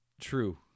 True